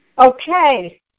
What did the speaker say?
Okay